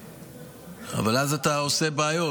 אבל אז אתה עושה בעיות.